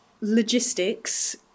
logistics